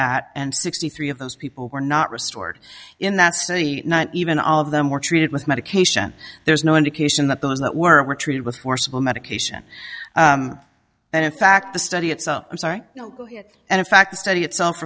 that and sixty three of those people were not restored in that city not even all of them were treated with medication there's no indication that those that were treated with forcible medication and in fact the study itself i'm sorry and in fact the study itself